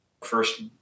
first